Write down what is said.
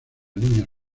niños